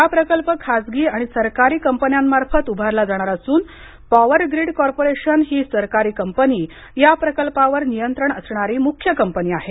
हा प्रकल्प खाजगी आणि सरकारी कंपन्यांमार्फत उभारला जाणार असून पावर ग्रीड कॉर्पोरेशन हि सरकारी कंपनी या प्रकल्पावर नियंत्रण असणारी मुख्य कंपनी आहे